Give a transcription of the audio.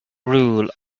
rule